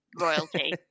royalty